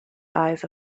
eyes